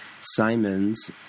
Simon's